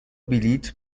بلیط